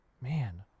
Man